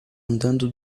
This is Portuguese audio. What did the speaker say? andando